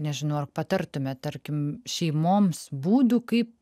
nežinau ar patartumėt tarkim šeimoms būdų kaip